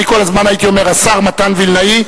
אני כל הזמן הייתי אומר: השר מתן וילנאי,